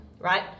right